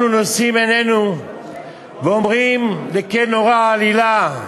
אנחנו נושאים עינינו ואומרים: "אל נורא עלילה,